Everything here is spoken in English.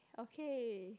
okay